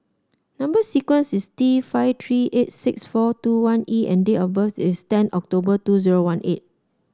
number sequence is T five three eight six four two one E and date of birth is ten October two zero one eight